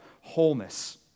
wholeness